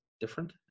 different